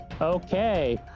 Okay